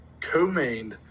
co-mained